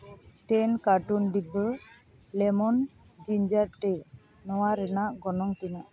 ᱴᱮᱱ carton ᱰᱤᱵᱟᱹ lemon ginger tea ᱱᱚᱣᱟ ᱨᱮᱱᱟᱜ ᱜᱚᱱᱚᱝ ᱛᱤᱱᱟᱹᱜ